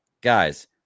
Guys